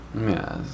Yes